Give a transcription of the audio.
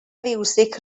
fiwsig